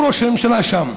הוא ראש הממשלה שם,